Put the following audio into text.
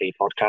Podcast